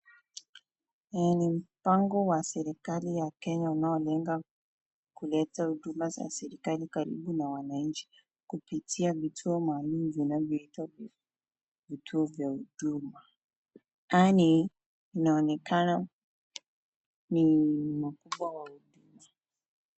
Hii mpango wa serikali ya Kenya inayolenga kuleta huduma za serikali karibu na wananchi, kupitia vituo maaalum vinavyoitwa vituo vya huduma. Haya inaonekana ni makubwa wa huduma.